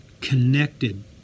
connected